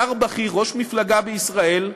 שר בכיר, ראש מפלגה בישראל,